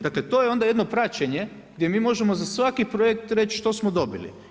Dakle to je onda jedno praćenje gdje mi možemo za svaki projekt reći što smo dobili.